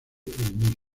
mismo